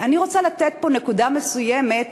אני רוצה לתת פה נקודה מסוימת,